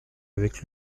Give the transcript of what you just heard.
avec